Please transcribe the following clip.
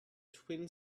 twin